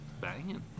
banging